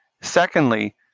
Secondly